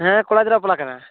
ᱦᱮᱸ ᱠᱚᱲᱟ ᱜᱤᱫᱽᱨᱟᱹᱣᱟᱜ ᱵᱟᱯᱞᱟ ᱠᱟᱱᱟ